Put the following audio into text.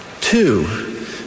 Two